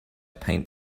paint